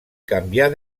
canviar